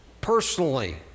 personally